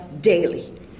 daily